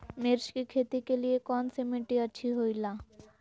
मिर्च की खेती के लिए कौन सी मिट्टी अच्छी होईला?